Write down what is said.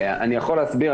אני יכול להסביר,